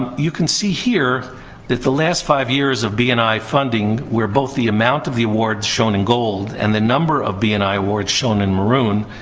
you can see here that the last five years of b and i funding where both the amount of the awards, shown in gold, and the number of b and i awards, shown in maroon,